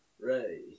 Ray